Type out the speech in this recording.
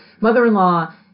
mother-in-law